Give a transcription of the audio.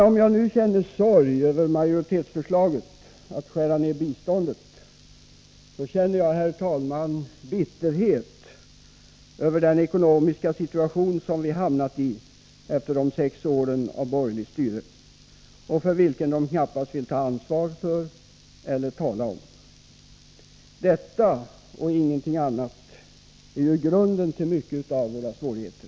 Om jag nu känner sorg över utskottsmajoritetens förslag att skära ned biståndet känner jag, herr talman, bitterhet över den ekonomiska situation som vi har hamnat i efter de sex åren av borgerligt styre — en situation som de knappast vill ta ansvar för eller ens tala om. Denna, och ingenting annat, är ju grunden till många av våra svårigheter.